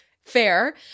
fair